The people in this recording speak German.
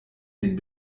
den